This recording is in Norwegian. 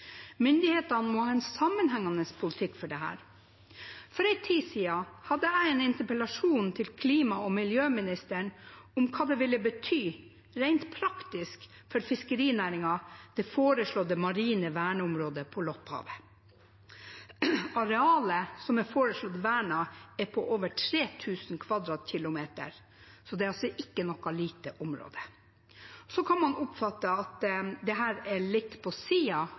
Myndighetene må ha en sammenhengende politikk for dette. For en tid siden hadde jeg en interpellasjon til klima- og miljøministeren om hva det foreslåtte marine verneområdet på Lopphavet ville bety rent praktisk for fiskerinæringen. Arealet som er foreslått vernet, er på over 3 000 km 2 , så det er ikke noe lite område. Man kan oppfatte dette som litt på siden av dagens interpellasjon, men jeg tenker at det egentlig er